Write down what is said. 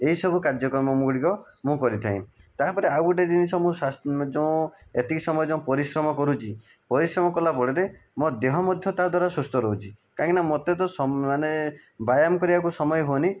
ଏହି ସବୁ କାର୍ଯ୍ୟକ୍ରମ ଗୁଡ଼ିକ ମୁଁ କରିଥାଏ ତାପରେ ଆଉ ଗୋଟିଏ ଜିନିଷ ମୁଁ ସ୍ଵାସ୍ ଯେଉଁ ଏତିକି ସମୟ ଯେଉଁ ପରିଶ୍ରମ କରୁଛି ପରିଶ୍ରମ କଲା ବଳରେ ମୋ ଦେହ ମଧ୍ୟ ତା ଦ୍ଵାରା ସୁସ୍ଥ ରହୁଛି କାହିଁକିନା ମୋତେ ତ ସ ମାନେ ବ୍ୟାୟାମ କରିବାକୁ ସମୟ ହୁଏନି